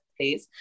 please